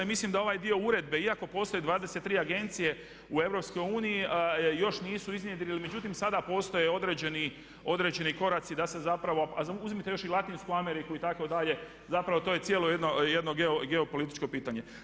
I mislim da ovaj dio uredbe iako postoje 23 agencije u EU još nisu iznjedrili, međutim sada postoje određeni koraci da se zapravo a uzmite još i Latinsku Ameriku itd., zapravo to je cijelo jedno geopolitičko pitanje.